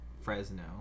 Fresno